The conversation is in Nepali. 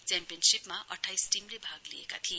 च्याम्पियनशीपमा अठाइस टीमले भाग लिएका थिए